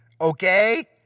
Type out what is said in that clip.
Okay